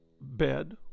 bed